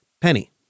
Penny